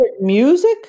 music